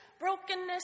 brokenness